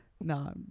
No